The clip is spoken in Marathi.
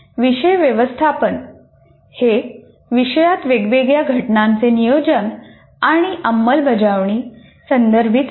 विषय व्यवस्थापनः हे विषयात वेगवेगळ्या घटनांचे नियोजन आणि अंमलबजावणी संदर्भित आहे